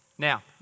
Now